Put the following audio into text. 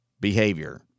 behavior